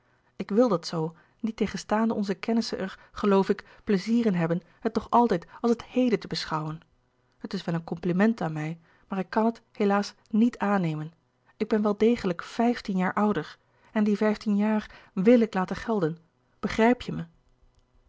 ik wil dat zoo niettegenstaande onze kennissen er geloof ik pleizier in hebben het nog altijd als het heden te beschouwen het is wel een compliment aan mij maar ik kan het helaas niet aannemen ik ben wel degelijk vijftien jaar ouder en die vijftien jaar w i l ik laten gelden begrijp je me